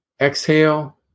Exhale